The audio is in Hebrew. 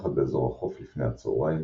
המתפתחת באזור החוף לפני הצהריים,